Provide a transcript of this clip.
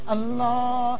Allah